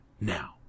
now